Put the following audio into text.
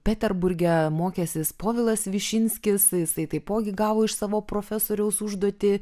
peterburge mokęsis povilas višinskis jisai taipogi gavo iš savo profesoriaus užduotį